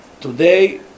Today